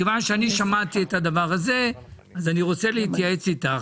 מכיוון שאני שמעתי את הדבר הזה אז אני רוצה להתייעץ איתך